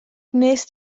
wnest